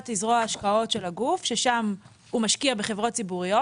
היא זרוע השקעות של הגוף שם הוא משקיע בחברות ציבוריות